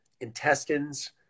intestines